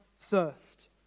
thirst